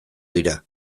dira